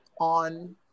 on